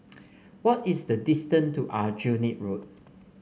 what is the distance to Aljunied Road